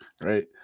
right